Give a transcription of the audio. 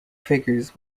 figures